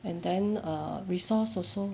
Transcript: and then err resource also